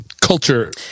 culture